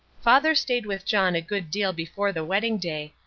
father stayed with john a good deal before the wedding day,